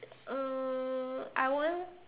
uh I won't